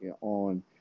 on